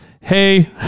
Hey